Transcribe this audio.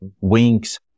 wings